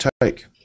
take